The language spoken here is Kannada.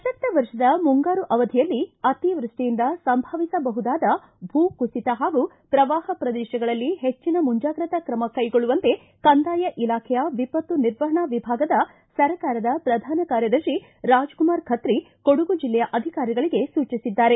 ಪ್ರಸಕ್ತ ವರ್ಷದ ಮುಂಗಾರು ಅವಧಿಯಲ್ಲಿ ಅತಿವೃಷ್ಟಿಯಿಂದ ಸಂಭವಿಸಬಹುದಾದ ಭೂ ಕುಸಿತ ಹಾಗೂ ಪ್ರವಾಹ ಪ್ರದೇಶಗಳಲ್ಲಿ ಹೆಚ್ಚಿನ ಮುಂಜಾಗ್ರತಾ ಕ್ರಮ ಕೈಗೊಳ್ಳುವಂತೆ ಕಂದಾಯ ಇಲಾಖೆಯ ವಿಪತ್ತು ನಿರ್ವಹಣಾ ವಿಭಾಗದ ಸರ್ಕಾರದ ಪ್ರಧಾನ ಕಾರ್ಯದರ್ಶಿ ರಾಜಕುಮಾರ್ ಖತ್ರಿ ಕೊಡಗು ಜಿಲ್ಲೆಯ ಅಧಿಕಾರಿಗಳಿಗೆ ಸೂಚಿಸಿದ್ದಾರೆ